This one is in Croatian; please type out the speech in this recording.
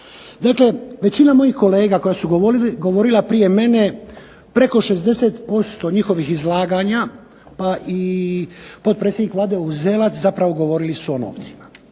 Dakle, većina mojih kolegi koji su govorili prije mene, preko 60% njihovih izlaganja, pa i potpredsjednik Vlade Uzelac zapravo govorili su o novcima.